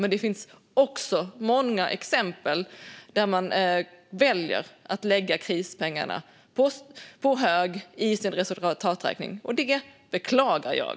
Men det finns också många exempel där man väljer att lägga krispengarna på hög i sin resultaträkning, och det beklagar jag.